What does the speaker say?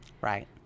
Right